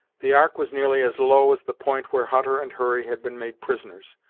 the ark was nearly as low as the point where hutter and hurry had been made prisoners.